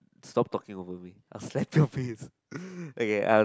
stop talking over me I'll slap your face okay uh